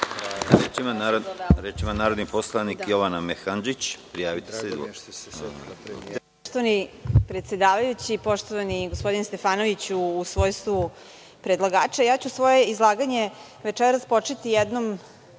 Reč ima narodni poslanik Jovana Mehandžić. **Jovana Mehandžić** Poštovani predsedavajući, poštovani gospodine Stefanoviću u svojstvu predlagača, svoje izlaganje večeras ću početi jednom